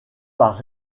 par